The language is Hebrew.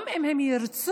גם אם הם ירצו,